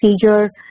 procedure